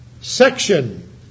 section